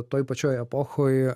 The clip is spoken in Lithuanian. toj pačioj epochoj